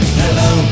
hello